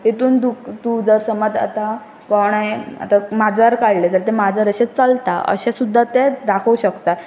तेतून तूं तूं जर समज आतां कोणाय आतां माजर काडलें जाल्यार तें माजर अशें चलता अशें सुद्दां ते दाखोवं शकता